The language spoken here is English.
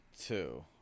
two